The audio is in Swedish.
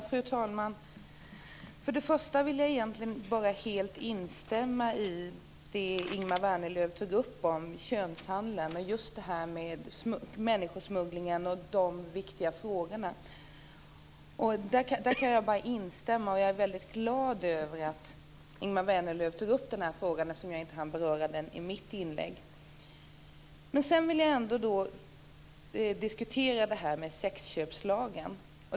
Fru talman! Först och främst vill jag helt instämma i det som Ingemar Vänerlöv tog upp om den viktiga frågan om könshandeln och människosmugglingen. Jag är väldigt glad över att Ingemar Vänerlöv tog upp frågan, eftersom jag inte hann beröra den i mitt inlägg. Men sedan vill jag diskutera detta med sexköpslagen.